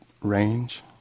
range